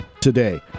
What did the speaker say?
today